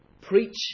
preach